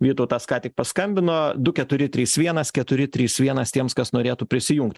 vytautas ką tik paskambino du keturi trys vienas keturi trys vienas tiems kas norėtų prisijungt